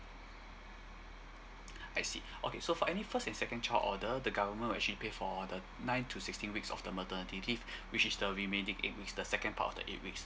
I see okay so for any first and second child order the government will actually pay for the ninth to sixteenth weeks of the maternity leave which is the remaining eight weeks the second part of the eight weeks